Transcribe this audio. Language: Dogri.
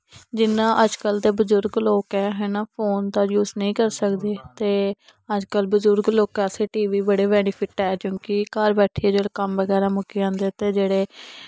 जि'यां अजकल्ल दे बजुर्ग लोक ऐ हैना फोन दा जूस नेईं कर सकदे ते अजकल्ल बजुर्ग लोकैं आस्तै टी वी बड़े बैनिफिट्ट ऐ क्युंकि घर बैठियै जिसलै कम्म बगैरा मुक्की जंदे ते जेह्ड़े